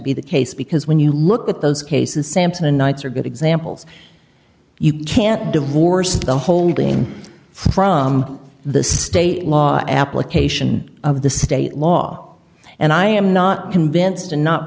be the case because when you look at those cases sampson and nights are good examples you can't divorce the holding from the state law application of the state law and i am not convinced i'm not